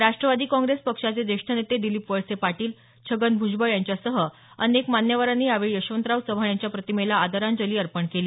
राष्ट्रवादी काँग्रेस पक्षाचे ज्येष्ठ नेते दिलीप वळसे पाटील छगन भूजबळ यांच्यासह अनेक मान्यवरांनी यावेळी यशवंतराव चव्हाण यांच्या प्रतिमेला आदरांजली अर्पण केली